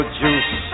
juice